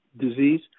disease